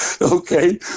Okay